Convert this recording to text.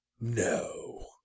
No